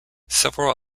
several